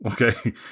Okay